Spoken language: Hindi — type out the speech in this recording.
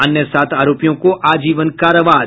अन्य सात आरोपियों को आजीवन कारावास